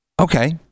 Okay